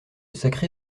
sacré